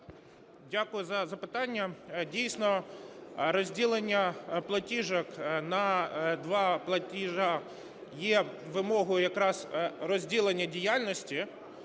Дякую за запитання. Дійсно, розділення платіжок на два платежі є вимогою якраз розділення діяльності.